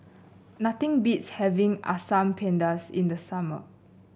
nothing beats having Asam Pedas in the summer